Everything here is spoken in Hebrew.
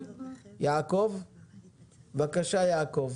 בבקשה יעקב.